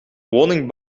woning